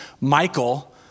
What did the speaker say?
Michael